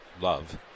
love